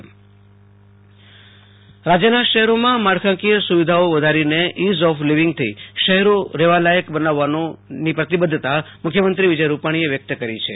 આશુતોષ અંતાણી મુખ્યમંત્રીઃ શહેરી વિકાસ યોજનાઃ રાજ્યના શહેરોમાં માળખાંકીય સુવિધાઓ વધારીને ઈઝ ઓફ લીવિંગથી શહેરો રહેવાલાયક બનાવવાની પ્રતિબદ્ધતા મુખ્યમંત્રી વિજય રૂપાણીએ વ્યક્ત કરી છે